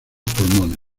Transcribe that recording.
pulmones